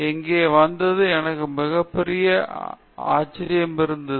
இங்கே வந்தது எனக்கு ஒரு பெரிய ஆச்சரியம் இருந்தது